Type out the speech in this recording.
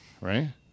right